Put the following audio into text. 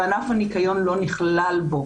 וענף הניקיון לא נכלל בו.